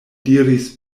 diris